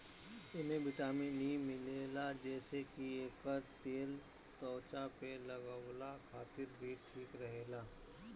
एमे vitamin E मिलेला जेसे की एकर तेल त्वचा पे लगवला खातिर भी ठीक रहेला